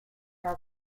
are